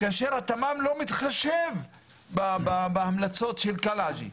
כאשר התמ"מ לא מתחשב בהמלצות של קלעג'י,